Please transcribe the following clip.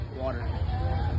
water